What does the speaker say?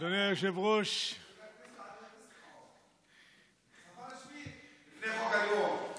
אדוני היושב-ראש, זו שפה רשמית, לפני חוק הלאום.